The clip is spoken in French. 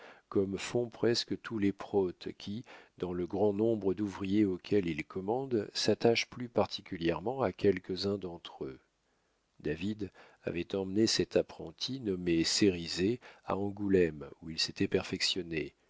comme font presque tous les protes qui dans le grand nombre d'ouvriers auquel ils commandent s'attachent plus particulièrement à quelques-uns d'entre eux david avait emmené cet apprenti nommé cérizet à angoulême où il s'était perfectionné